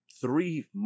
three